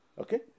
Okay